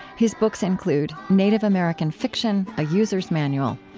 his books include native american fiction a user's manual,